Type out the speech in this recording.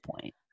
point